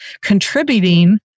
contributing